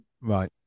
right